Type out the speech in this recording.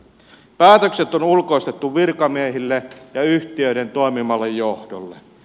päätökset on ulkoistettu virkamiehille ja yhtiöiden toimivalle johdolle